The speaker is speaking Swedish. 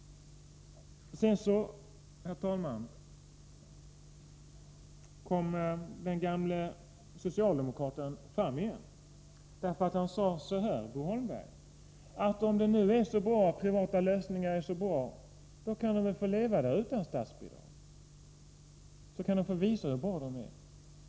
Sedan, herr talman, kommer den gamla socialdemokraten fram igen. Bo Holmberg sade nämligen: Om nu privata lösningar är så bra, kan dessa företag få leva utan statsbidrag och visa hur bra de är.